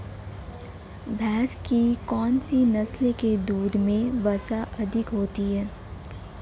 भैंस की कौनसी नस्ल के दूध में वसा अधिक होती है?